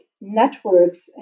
networks